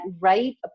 right